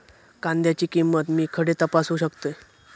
कांद्याची किंमत मी खडे तपासू शकतय?